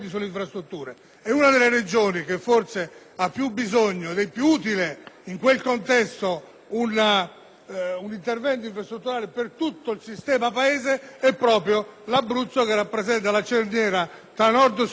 un intervento infrastrutturale per tutto il sistema Paese, e proprio l’Abruzzo che rappresenta la cerniera tra Nord e Sud e tra Est ed Ovest della nostra penisola. Quindi, l’impegno c’e. Pertanto,